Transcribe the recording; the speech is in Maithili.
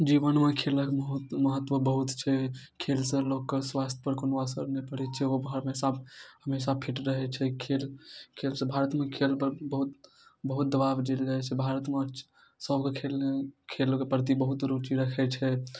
जीवनमे खेलक महत्व महत्व बहुत छै खेलसँ लोक कऽ स्वास्थ पर कोनो असर नहि पड़ैत छै ओ हर हमेशा फिट रहैत छै खेल खेलसँ भारतमे खेल पर बहुत बहुत दबाब देल जाइत छै भारतमे सए गो खेल खेलके प्रति बहुत रूचि रखैत छै